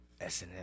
SNL